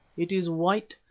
it is white,